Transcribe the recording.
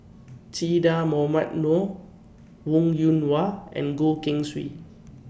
Che Dah Mohamed Noor Wong Yoon Wah and Goh Keng Swee